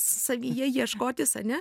savyje ieškotis ane